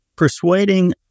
persuading